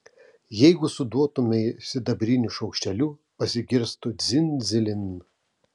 jeigu suduotumei sidabriniu šaukšteliu pasigirstų dzin dzilin